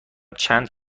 چند